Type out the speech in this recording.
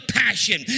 passion